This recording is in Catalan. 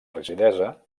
rigidesa